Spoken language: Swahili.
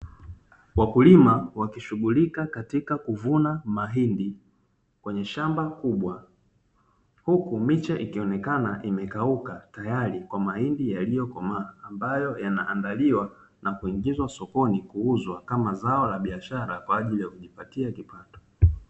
Wakulima wakishighulika katika kuvuna mahindi, kwenye shamba kubwa huku miche, ikionekana imekauka, tayari kwa mahindi yaliyokomaa, ambayo yanaandaliwa na kuingizwa sokoni kuuzwa, kama zao la biashara kwa ajili ya kujipatia kipato.